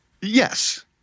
Yes